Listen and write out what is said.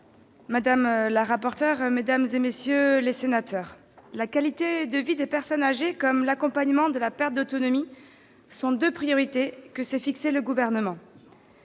madame la rapporteur, mesdames, messieurs les sénateurs, la qualité de vie des personnes âgées et l'accompagnement de la perte d'autonomie sont deux priorités que s'est fixées le Gouvernement.